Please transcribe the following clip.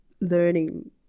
learning